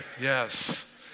Yes